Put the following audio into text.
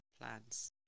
plans